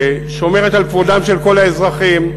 שומרת על כבודם של כל האזרחים,